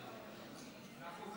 החוק,